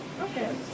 Okay